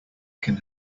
can